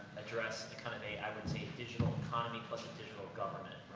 address the kind of a, i would say, digital economy plus a digital government,